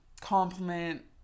compliment